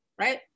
right